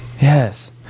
yes